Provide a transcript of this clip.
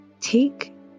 take